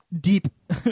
deep